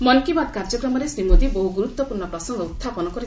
ମନ୍କୀ ବାତ୍ କାର୍ଯ୍ୟକ୍ରମରେ ଶ୍ରୀ ମୋଦି ବହୃ ଗୁରୁତ୍ୱପୂର୍୍ଣ୍ଣ ପ୍ରସଙ୍ଗ ଉତ୍ଥାପନ କରିଥା'ନ୍ତି